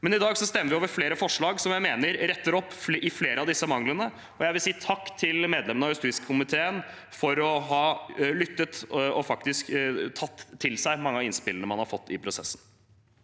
I dag stemmer vi over flere forslag som jeg mener retter opp flere av disse manglene. Jeg vil si takk til medlemmene av justiskomiteen for å ha lyttet og faktisk tatt til seg mange av innspillene man har fått i prosessen.